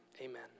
amen